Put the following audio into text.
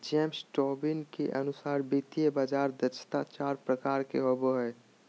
James Tobin के अनुसार वित्तीय बाजार दक्षता चार प्रकार के होवो हय